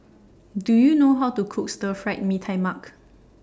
Do YOU know How to Cook Stir Fried Mee Tai Mak